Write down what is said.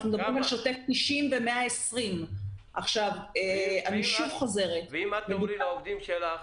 אנחנו מדברים על שוטף 90 ושוטף 120. ואם את תאמרי לעובדים שלך,